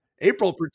April